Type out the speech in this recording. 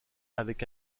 avec